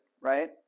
right